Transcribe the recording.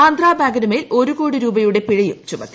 ആന്ധ്രാ ബാങ്കിനുമേൽ ഒരു കോടി രൂപയുടെ പിഴയും ചുമത്തി